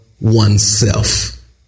oneself